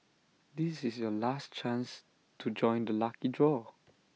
this is your last chance to join the lucky draw